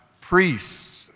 priests